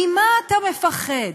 ממה אתה מפחד?